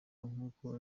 nk’uko